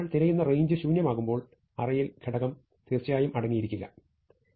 നമ്മൾ തിരയുന്ന റേഞ്ച് ശൂന്യമാകുമ്പോൾ അറേയിൽ തീർച്ചയായും ഘടകം അടങ്ങിയിരിക്കില്ല സമയം കാണുക 0427